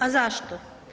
A zašto?